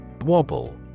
Wobble